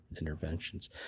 interventions